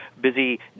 busy